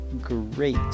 great